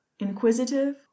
inquisitive